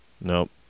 nope